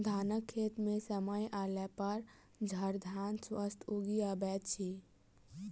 धानक खेत मे समय अयलापर झड़धान स्वतः उगि अबैत अछि